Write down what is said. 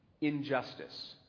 Injustice